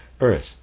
earth